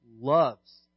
loves